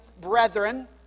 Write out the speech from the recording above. brethren